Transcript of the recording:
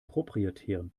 proprietären